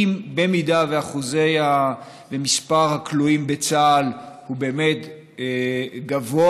אם מספר הכלואים בצה"ל הוא באמת גבוה